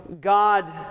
God